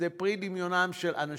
זה פרי דמיונם של אנשים.